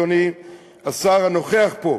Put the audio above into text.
אדוני השר הנוכח פה.